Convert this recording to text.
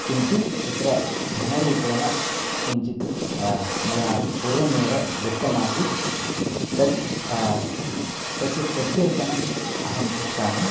किन्तु तत्र धनरूपेण किञ्चित् मया पूर्वमेव दत्तम् आसीत् तत् तस्य प्रत्यर्पणम् अहम् इच्छामि